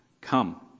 come